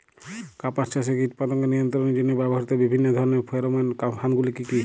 কাপাস চাষে কীটপতঙ্গ নিয়ন্ত্রণের জন্য ব্যবহৃত বিভিন্ন ধরণের ফেরোমোন ফাঁদ গুলি কী?